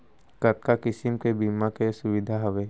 कतका किसिम के बीमा के सुविधा हावे?